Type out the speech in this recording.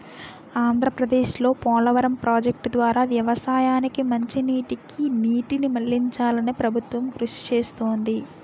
ఆంధ్రప్రదేశ్లో పోలవరం ప్రాజెక్టు ద్వారా వ్యవసాయానికి మంచినీటికి నీటిని మళ్ళించాలని ప్రభుత్వం కృషి చేస్తుంది